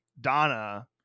Donna